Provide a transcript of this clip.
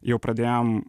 jau pradėjom